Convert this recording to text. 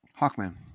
Hawkman